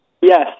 Yes